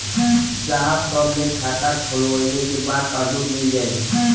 साहब कब ले खाता खोलवाइले के बाद पासबुक मिल जाई?